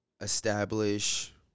establish